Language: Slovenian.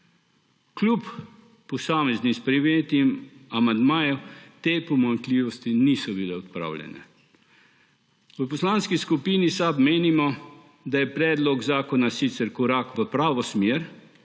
Kljub posameznim sprejetim amandmajem te pomanjkljivosti niso bile odpravljene. V Poslanski skupini SAB menimo, da je predlog zakona sicer korak v pravo smer,